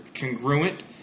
congruent